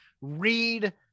read